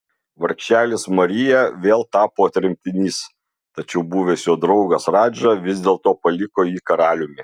vargšelis marija vėl tapo tremtinys tačiau buvęs jo draugas radža vis dėlto paliko jį karaliumi